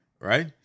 right